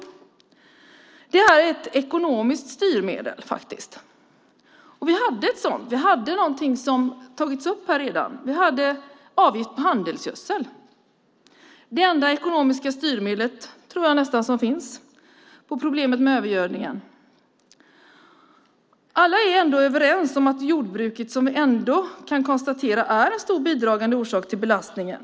Det är ett ekonomiskt styrmedel. Vi har ett ekonomiskt styrmedel som redan nämnts i debatten, nämligen avgift på handelsgödsel. Jag tror att det är det enda ekonomiska styrmedel som finns för att ta itu med problemet med övergödningen. Alla är överens om att jordbruket är en stor bidragande orsak till belastningen.